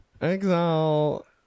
exile